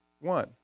one